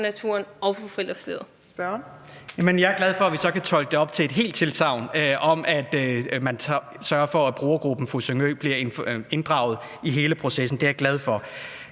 Aastrup Jensen (V): Men jeg er glad for, at vi så kan tolke det som et helt tilsagn om, at man sørger for, at brugergruppen Fussingø bliver inddraget i hele processen. Det er jeg glad for.